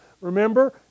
Remember